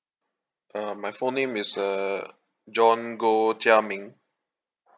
uh my full name is uh john goh chia ming